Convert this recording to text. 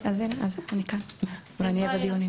אז אני כאן, ואני אהיה בדיונים.